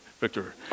Victor